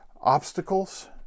obstacles